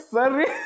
Sorry